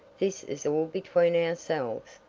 this is all between ourselves.